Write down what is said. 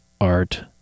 art